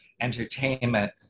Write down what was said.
entertainment